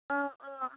अ अ